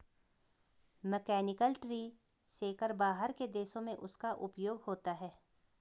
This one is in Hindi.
मैकेनिकल ट्री शेकर बाहर के देशों में उसका उपयोग होता है